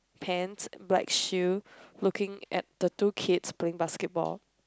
pants and black shoe looking at the two kids playing basketball